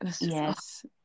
Yes